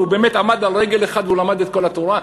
הוא באמת עמד על רגל אחת והוא למד את כל התורה?